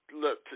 Look